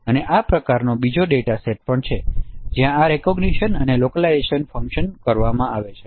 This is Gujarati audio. અને આ પ્રકારનો બીજો ડેટા સેટ પણ છે જ્યાં આ રેકોગ્નિશન અને લોકલાયજેશન ફંકશન કરવામાં આવે છે